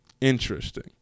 interesting